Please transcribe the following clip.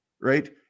right